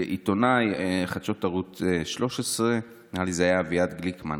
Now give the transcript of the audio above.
"לעיתונאי חדשות ערוץ 13" נראה לי שזה היה אביעד גליקמן,